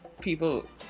people